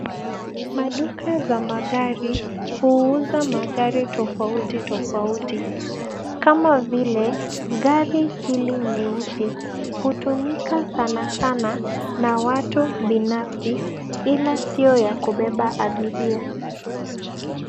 Maduka za magari huuza magari tofautitofauti kama vile gari hili nyeusi hutumika sanasana na watu binafsi ila si ya kubeba abiria.